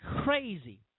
crazy